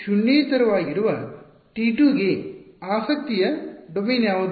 ಶೂನ್ಯೇತರವಾಗಿರುವ T2 ಗೆ ಆಸಕ್ತಿಯ domain ಯಾವುದು